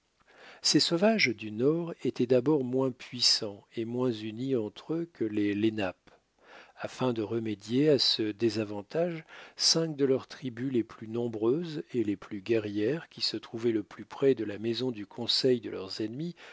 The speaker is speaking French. ces sauvages du nord étaient d'abord moins puissants et moins unis entre eux que les lenapes afin de remédier à ce désavantage cinq de leurs tribus les plus nombreuses et les plus guerrières qui se trouvaient le plus près de la maison du conseil de leurs ennemis